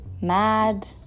mad